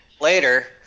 Later